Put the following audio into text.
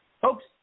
Folks